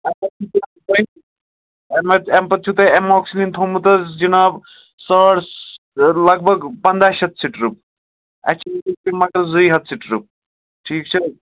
اَمہِ پتہٕ چھُو تۅہہِ اَمہِ پَتہٕ چھُو تۄہہِ ایماکسٕلیٖن تھوٚومُت حظ جِناب ساڑ لگ بَگ پَنٛداہ شٮ۪تھ سِٹرِپ اَسہِ چھِ ییٚتہِ مگر زٕے ہَتھ سِٹرِپ ٹھیٖک چھِ حظ